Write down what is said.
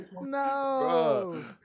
No